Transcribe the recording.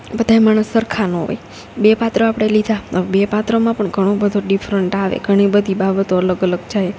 બધાય માણસ સરખા નો હોય બે પાત્ર આપડે લીધા હવે બે પાત્રમાં પણ ઘણો બધો ડિફરન્ટ આવે ઘણીબધી બાબતો અલગ અલગ જાય